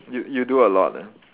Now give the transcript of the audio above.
you you do a lot ah